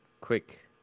Quick